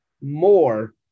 more